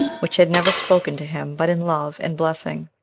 which had never spoken to him but in love and blessing.